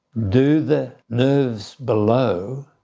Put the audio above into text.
do the nerves below